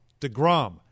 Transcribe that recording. DeGrom